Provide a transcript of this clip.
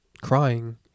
crying